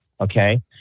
Okay